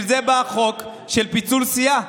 של פיצול סיעה.